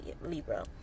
Libra